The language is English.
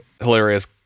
hilarious